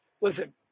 listen